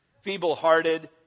Feeble-hearted